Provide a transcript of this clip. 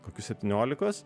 kokių septyniolikos